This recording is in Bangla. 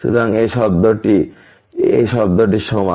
সুতরাং এই শব্দটি এই শব্দটির সমান